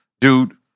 dude